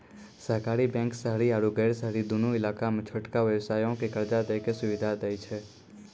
सहकारी बैंक शहरी आरु गैर शहरी दुनू इलाका मे छोटका व्यवसायो के कर्जा दै के सुविधा दै छै